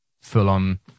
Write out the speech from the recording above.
full-on